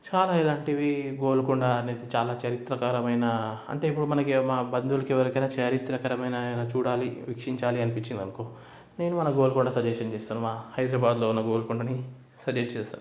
చాలు ఇలాంటివి గోల్కొండ అనేది చాలా చారిత్రకరమైన అంటే ఇప్పుడు మనకి మా బంధువులకి ఎవరికైనా చారిత్రకరమైన ఏమైనా చూడాలి వీక్షించాలి అనిపించింది అనుకో నేను మన గోల్కొండ సజ్జెషన్ చేస్తాను హైదరాబాద్లో ఉన్న గోల్కొండని సజ్జెస్ట్ చేస్తా